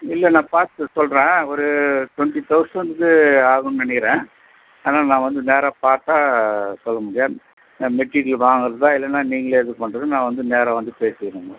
இல்லை நான் பார்த்து சொல்கிறேன் ஒரு டுவெண்ட்டி தௌசண்ட்னுக்கு ஆகும்னு நினைக்கிறேன் அதனால் நான் வந்து நேராக பார்த்தா சொல்ல முடியும் மெட்டீரியல் வாங்கிறதா இல்லைன்னா நீங்களே இது பண்ணுறதா நான் வந்து நேராக வந்து பேசிகிறேங்க